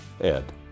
Ed